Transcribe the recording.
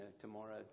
tomorrow